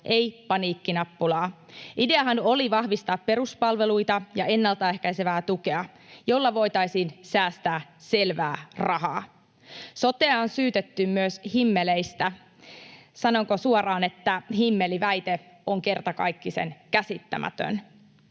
ei paniikkinappulaa. Ideahan oli vahvistaa peruspalveluita ja ennaltaehkäisevää tukea, millä voitaisiin säästää selvää rahaa. Sotea on syytetty myös himmeleistä. Sanonko suoraan, että himmeliväite on kertakaikkisen käsittämätön.